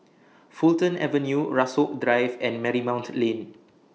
Fulton Avenue Rasok Drive and Marymount Lane